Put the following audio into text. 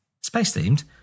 space-themed